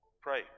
Pray